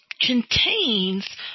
contains